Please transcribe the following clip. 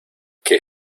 qué